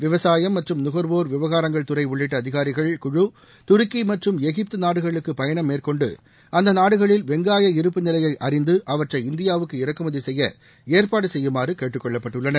விவசாயம் மற்றும் நுகர்வோர் விவகாரங்கள் துறை உள்ளிட்ட அதிகாரிகள் குழு துருக்கி மற்றும் எகிப்து நாடுகளுக்கு பயணம் மேற்கொண்டு அந்த நாடுகளில் வெங்காய இருப்பு நிலையை அறிந்து அவற்றை இந்தியாவுக்கு இறக்குமதி செய்ய ஏற்பாடு செய்யுமாறு கேட்டுக்கொள்ளப்பட்டுள்ளனர்